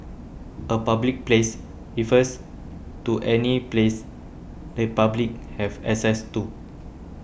a public place refers to any place the public have access to